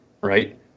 right